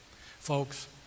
Folks